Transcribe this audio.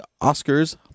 Oscars